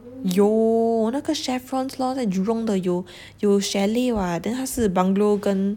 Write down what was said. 有那个 chevrons lor 在 jurong 的有有 chalet [what] then 它是 bungalow 跟